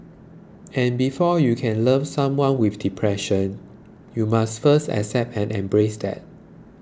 and before you can love someone with depression you must first accept and embrace that